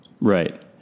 Right